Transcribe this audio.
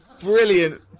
brilliant